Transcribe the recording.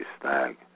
snag